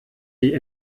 die